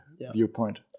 viewpoint